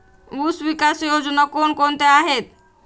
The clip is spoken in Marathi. ऊसविकास योजना कोण कोणत्या आहेत?